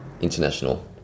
international